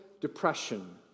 Depression